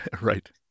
Right